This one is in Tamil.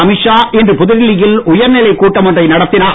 அமித்ஷா இன்று புதுடில்லி யில் உயர்நிலைக் கூட்டம் ஒன்றை நடத்தினார்